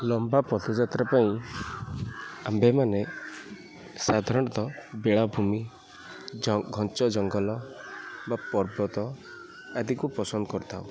ଲମ୍ବା ପଥଯାତ୍ରା ପାଇଁ ଆମ୍ଭେମାନେ ସାଧାରଣତଃ ବେଳାଭୂମି ଘଞ୍ଚ ଜଙ୍ଗଲ ବା ପର୍ବତ ଆଦିକୁ ପସନ୍ଦ କରିଥାଉ